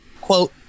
quote